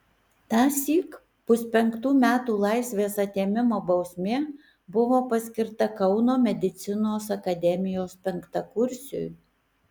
tąsyk puspenktų metų laisvės atėmimo bausmė buvo paskirta kauno medicinos akademijos penktakursiui